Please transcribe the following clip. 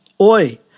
oi